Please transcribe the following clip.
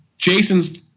Jason's